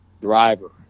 driver